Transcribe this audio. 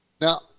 Now